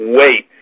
wait